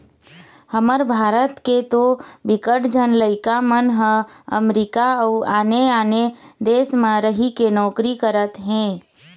हमर भारत के तो बिकट झन लइका मन ह अमरीका अउ आने आने देस म रहिके नौकरी करत हे